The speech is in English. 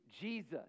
Jesus